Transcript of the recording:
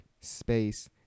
space